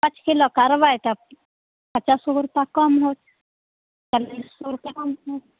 पाँच किलो करबै तऽ पचासगो रुपैआ कम हैत चालीसगो रुपैआ कम हैत